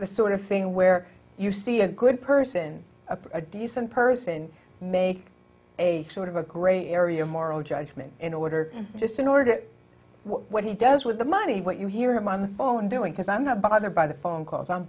the sort of thing where you see a good person a decent person made a sort of a gray area moral judgment in order just in order what he does with the money what you hear him on the phone doing because i'm not bothered by the phone calls i'm